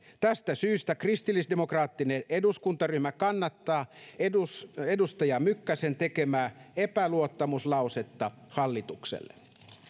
tästä syystä kristillisdemokraattinen eduskuntaryhmä kannattaa edustaja edustaja mykkäsen tekemää epäluottamuslausetta hallitukselle